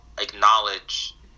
acknowledge